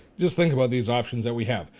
just think about these options that we have.